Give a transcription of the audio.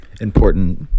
important